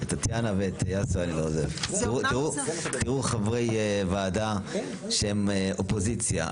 תראו חברי ועדה שהם אופוזיציה,